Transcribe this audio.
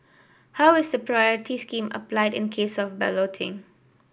how is the priority scheme applied in case of balloting